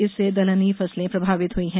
इससे दलहनी फसले प्रभावित हुई है